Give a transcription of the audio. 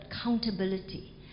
accountability